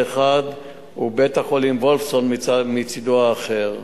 אחד ובית-החולים "וולפסון" מצדו האחר.